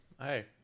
Hey